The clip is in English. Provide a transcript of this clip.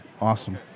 Awesome